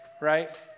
right